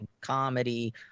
comedy